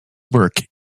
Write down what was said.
work